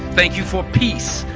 thank you for peace.